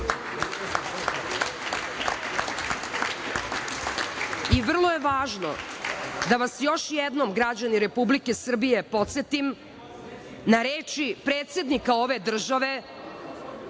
je važno da vas još jednom građani Republike Srbije podsetim na reči predsednika ove države,